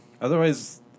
Otherwise